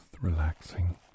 relaxing